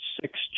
six